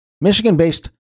Michigan-based